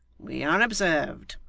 we are observed.